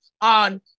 on